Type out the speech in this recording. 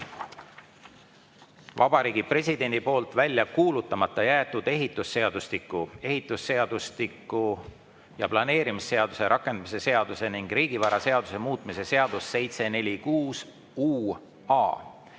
Vabariigi Presidendi poolt välja kuulutamata jäetud ehitusseadustiku, ehitusseadustiku ja planeerimisseaduse rakendamise seaduse ning riigivaraseaduse muutmise seaduse 746